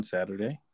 Saturday